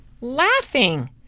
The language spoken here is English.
laughing